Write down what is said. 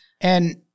And-